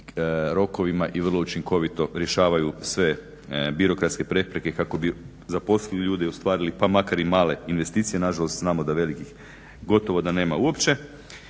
rokovima i vrlo učinkovito rješavaju sve birokratske prepreke kako bi zaposlili ljude i ostvarili pa makar i male investicije. Nažalost, znamo da velikih gotovo da nema uopće.